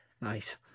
Nice